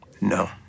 No